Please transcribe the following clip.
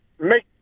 make